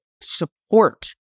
support